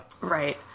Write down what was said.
Right